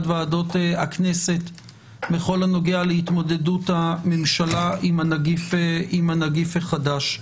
ועדות הכנסת בכל הנוגע להתמודדות הממשלה עם הנגיף החדש.